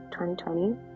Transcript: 2020